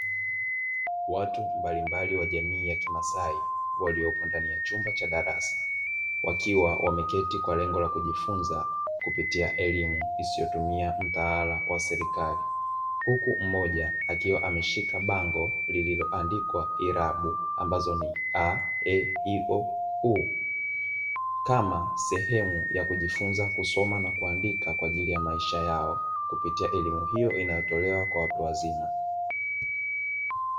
Watu mbalimbali wa jamii ya kimasai walioko ndani ya chumba cha darasa wakiwa wameketi kwa lengo la kujifunza kupitia elimu isiyotumia mtaala wa serikali, huku mmoja akiwa ameshika bango lililoandikwa irabu ambazo ni (a, e, i, o, u) kama sehemu ya kujifunza kusoma na kuandika kwa ajili ya maisha yao kupitia elimu hiyo inayotolewa kwa watu wazima.